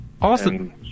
awesome